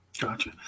Gotcha